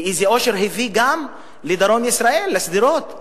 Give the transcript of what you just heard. ואיזה אושר הביא גם לדרום ישראל, לשדרות?